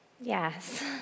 Yes